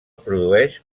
produeix